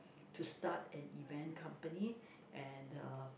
to start an event company and uh